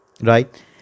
right